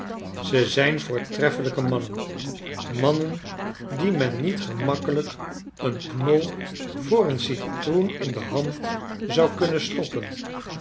ze zijn voortreffelijke mannen mannen die men niet gemakkelijk een knol voor een citroen in de hand zou kunnen stoppen